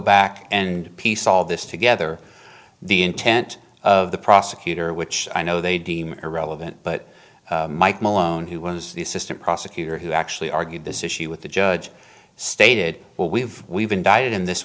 back and piece all this together the intent of the prosecutor which i know they deem irrelevant but mike malone who was the assistant prosecutor who actually argued this issue with the judge stated what we've we've indicted in this